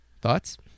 thoughts